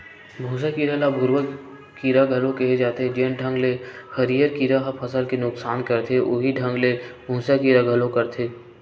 भूँसा कीरा ल भूरूवा कीरा घलो केहे जाथे, जेन ढंग ले हरियर कीरा ह फसल के नुकसानी करथे उहीं ढंग ले भूँसा कीरा घलो करथे